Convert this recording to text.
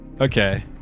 Okay